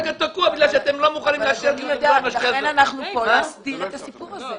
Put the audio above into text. אנחנו פה כדי להסדיר את הסיפור הזה,